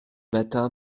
matin